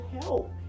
help